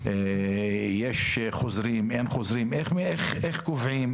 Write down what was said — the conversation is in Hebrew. יש חוזרים, אין חוזרים, איך קובעים?